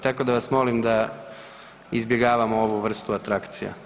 Tako da vas molim da izbjegavamo ovu vrstu atrakcija.